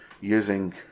using